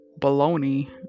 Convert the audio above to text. baloney